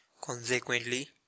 consequently